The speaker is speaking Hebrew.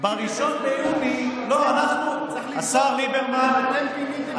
וב-1 ביוני, חשבנו שאולי אתם פיניתם את זה בכלל.